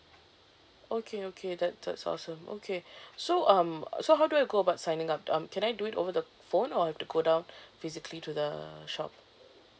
okay okay that that's awesome okay so um so how do I go about signing up um can I do it over the phone or have to go down physically to the shop